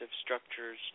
structures